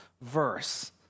verse